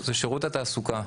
זה שירות התעסוקה,